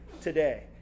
today